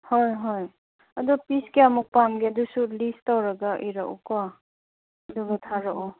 ꯍꯣꯏ ꯍꯣꯏ ꯑꯗꯨ ꯄꯤꯁ ꯀꯌꯥꯃꯨꯛ ꯄꯥꯝꯒꯦ ꯑꯗꯨꯁꯨ ꯂꯤꯁ ꯇꯧꯔꯒ ꯏꯔꯛꯎꯀꯣ ꯑꯗꯨꯒ ꯊꯥꯔꯛꯑꯣ